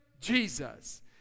Jesus